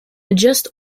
adjust